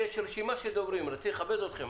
יש רשימה של דוברים, רציתי לכבד אתכם.